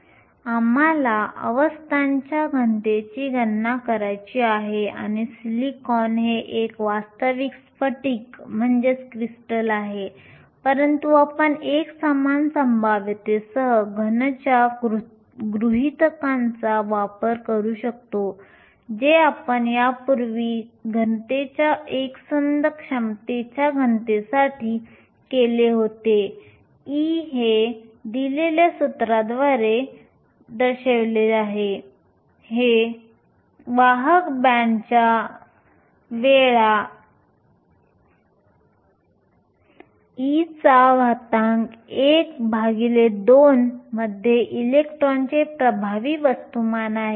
आता आम्हाला अवस्थांचा घनतेची गणना करायची आहे आणि सिलिकॉन हे एक वास्तविक स्फटिक आहे परंतु आपण एकसमान संभाव्यतेसह घनच्या गृहितकाचा वापर करू शकतो जे आपण यापूर्वी घनतेच्या एकसंध क्षमतेच्या घनतेसाठी केले होते e हे 8π2 meh3 द्वारे दिले आहे जे वाहक बँडच्या वेळा E12 मध्ये इलेक्ट्रॉनचे प्रभावी वस्तुमान आहे